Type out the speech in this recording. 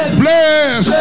bless